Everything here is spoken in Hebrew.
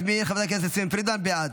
וחברת הכנסת יסמין פרידמן, בעד.